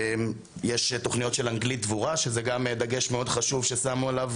יש תוכניות של אנגלית דבורה שזה גם דגש מאוד חשוב ששמו עליו,